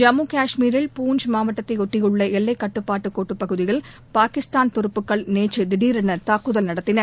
ஜம்மு காஷ்மீரில் பூஞ்ச் மாவட்டத்தை ஒட்டியுள்ள எல்லைக் கட்டுப்பாட்டு கோட்டுப் பகுதியில் பாகிஸ்தான் துருப்புகள் நேற்று திடீரென தாக்குதல் நடத்தின